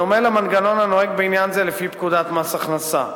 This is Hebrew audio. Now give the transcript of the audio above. בדומה למנגנון הנוהג בעניין זה לפי פקודת מס הכנסה.